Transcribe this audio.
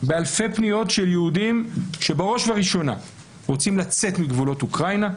באלפי פניות של יהודים שבראש ובראשונה רוצים לצאת מגבולות אוקראינה,